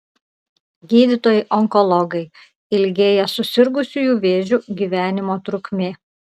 gydytojai onkologai ilgėja susirgusiųjų vėžiu gyvenimo trukmė